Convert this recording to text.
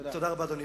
תודה.